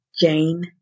Jane